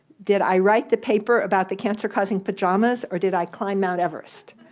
did i write the paper about the cancer causing pajamas, or did i climb mount everest.